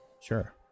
Sure